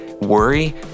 worry